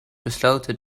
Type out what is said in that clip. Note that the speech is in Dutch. besloten